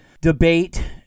debate